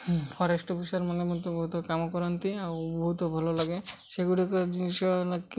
forest officer ମାନେ ମଧ୍ୟ ବହୁତ କାମ କରନ୍ତି ଆଉ ବହୁତ ଭଲ ଲାଗେ ସେଗୁଡ଼ିକ ଜିନିଷ